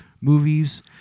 movies